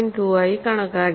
2 ആയി കണക്കാക്കി